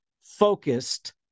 focused